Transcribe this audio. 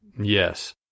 Yes